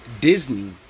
disney